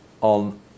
on